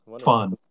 fun